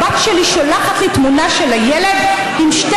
והבת שלי שולחת לי תמונה של הילד עם שתי